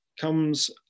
comes